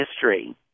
history